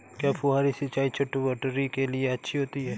क्या फुहारी सिंचाई चटवटरी के लिए अच्छी होती है?